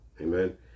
Amen